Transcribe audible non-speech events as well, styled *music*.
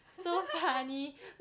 *laughs*